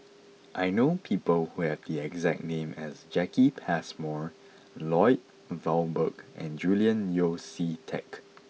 I know people who have the exact name as Jacki Passmore Lloyd Valberg and Julian Yeo See Teck